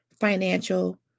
financial